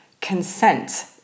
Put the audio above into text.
consent